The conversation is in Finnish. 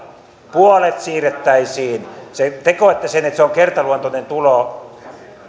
puolet siirrettäisiin te koette sen niin että se on kertaluontoinen tulo